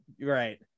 Right